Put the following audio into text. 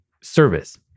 service